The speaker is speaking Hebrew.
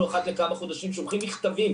אנחנו אחת לכמה חודשים שולחים מכתבים